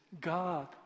God